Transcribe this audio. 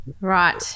Right